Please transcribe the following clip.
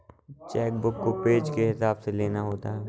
check book को page के हिसाब से लेना होता है